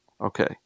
Okay